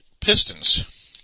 Pistons